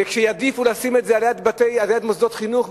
ויעדיפו לשים את זה על-יד מוסדות חינוך,